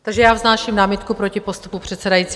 Takže já vznáším námitku proti postupu předsedajícího.